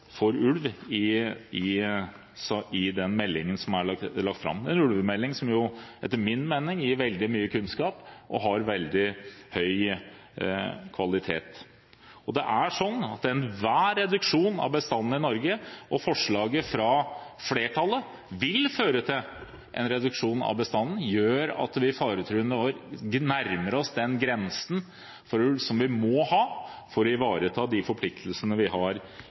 ulv, i den meldingen som er lagt fram, en ulvemelding som etter min mening gir veldig mye kunnskap og har veldig høy kvalitet. Det er sånn at enhver reduksjon av bestanden i Norge, og forslaget fra flertallet vil føre til en reduksjon av bestanden, gjør at vi faretruende nærmer oss grensen for ulv som vi må ha for å ivareta forpliktelsene vi har